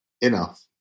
enough